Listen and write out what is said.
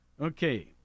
Okay